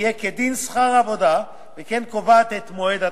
יהיה כדין שכר העבודה, וכן קובעת את מועד התשלום.